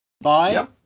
Bye